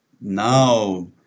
now